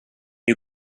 you